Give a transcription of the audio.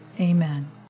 Amen